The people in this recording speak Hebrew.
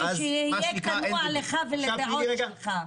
אז מה שנקרא --- בדיוק כשיהיה כנוע לך ולדעות שלך.